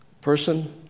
person